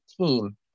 team